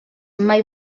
mai